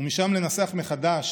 ומשם לנסח מחדש